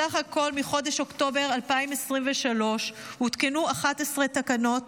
בסך הכול, מחודש אוקטובר 2023 הותקנו 11 תקנות